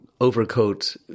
overcoat